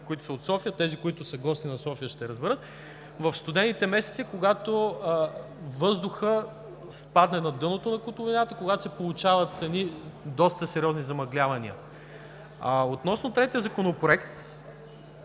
които са от София, тези които са гости на София, ще разберат, в студените месеци, когато въздухът спадне на дъното на котловината, когато се получават едни доста сериозни замъглявания. Относно третия Законопроект,